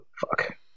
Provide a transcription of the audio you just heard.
fuck